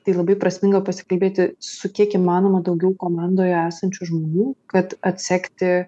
tai labai prasminga pasikalbėti su kiek įmanoma daugiau komandoje esančių žmonių kad atsekti